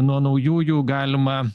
nuo naujųjų galima